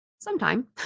Sometime